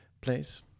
place